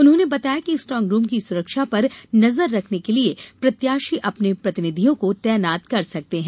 उन्होंने बताया कि स्ट्रांगरूम की सुरक्षा पर नजर रखने के लिए प्रत्याशी अपने प्रतिनिधियों को तैनात कर सकते हैं